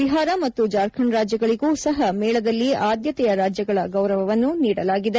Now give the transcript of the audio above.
ಬಿಹಾರ ಮತ್ತು ಜಾರ್ಖಂಡ್ ರಾಜ್ಯಗಳಿಗೂ ಸಹ ಮೇಳದಲ್ಲಿ ಆದ್ಯತೆಯ ರಾಜ್ಯಗಳ ಗೌರವವನ್ನು ನೀಡಲಾಗಿದೆ